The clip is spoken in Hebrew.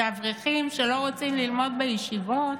חשוב שהאברכים שלא רוצים ללמוד בישיבות,